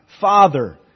Father